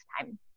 time